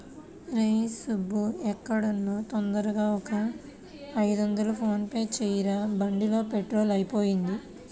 రేయ్ సుబ్బూ ఎక్కడున్నా తొందరగా ఒక ఐదొందలు ఫోన్ పే చెయ్యరా, బండిలో పెట్రోలు అయిపొయింది